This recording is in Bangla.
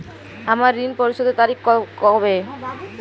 আমার ঋণ পরিশোধের তারিখ কবে?